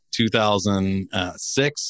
2006